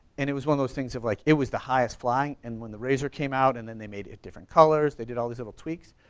and it was one of those things of like it was the highest flying and when the razor came out and then they made it different colors, they did all these little tweaks,